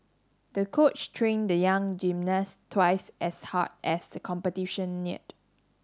the coach trained the young gymnast twice as hard as the competition neared